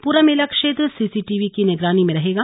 पूरा मेला क्षेत्र सीसीटीवी की निगरानी में रहेगा